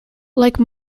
like